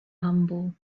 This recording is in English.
humble